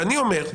ואני אומר,